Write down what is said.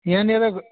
यहाँनिर ग